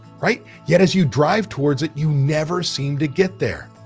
right. yet as you drive towards it, you never seem to get there.